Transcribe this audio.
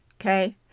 okay